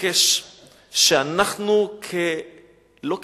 לבקש שאנחנו, לא כמחוקקים,